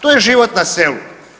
To je život na selu.